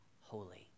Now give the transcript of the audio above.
holy